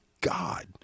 God